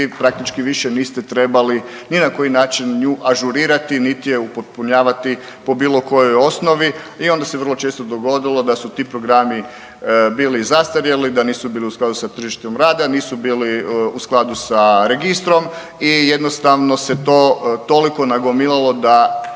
praktički više niste trebali ni na koji način nju ažurirati niti je upotpunjavati po bilo kojoj osnovi. I onda se vrlo često dogodilo da su ti programi bili zastarjeli da nisu bili u skladu sa tržištem rada, nisu bili u skladu s registrom i jednostavno se to toliko nagomilalo da